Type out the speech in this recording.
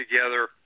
together